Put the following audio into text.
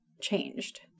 changed